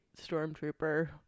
stormtrooper